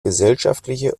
gesellschaftliche